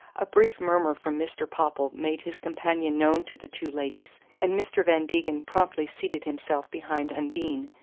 a brief murmur from mr. popple made his companion known to the two ladies, and mr. van degen promptly seated himself behind undine,